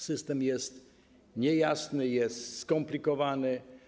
System jest niejasny, jest skomplikowany.